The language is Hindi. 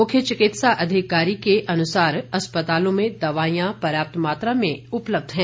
मुख्य चिकित्सा अधिकारी के अनुसार अस्पतालों में दवाईयां पर्याप्त मात्रा में उपलब्ध हैं